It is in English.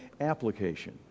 application